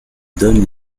donne